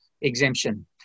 exemption